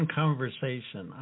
conversation